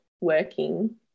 working